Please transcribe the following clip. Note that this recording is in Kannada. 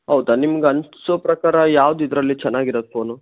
ಹೌದ ನಿಮ್ಗೆ ಅನ್ನಿಸೋ ಪ್ರಕಾರ ಯಾವ್ದು ಇದರಲ್ಲಿ ಚೆನ್ನಾಗಿ ಇರೋದು ಫೋನು